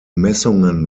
messungen